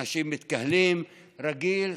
אנשים מתקהלים כרגיל.